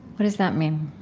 what does that mean?